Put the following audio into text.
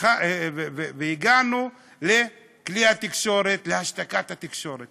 והגענו לכלי התקשורת, להשתקת התקשורת.